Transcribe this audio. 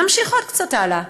נמשיך עוד קצת הלאה.